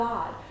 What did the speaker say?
God